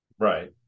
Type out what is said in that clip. Right